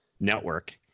network